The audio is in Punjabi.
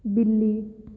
ਬਿੱਲੀ